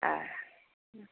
ए